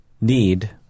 need